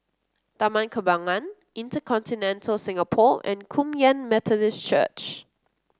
Taman Kembangan InterContinental Singapore and Kum Yan Methodist Church